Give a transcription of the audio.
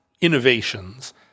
innovations